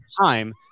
time